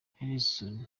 harrison